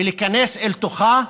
להיכנס לתוכה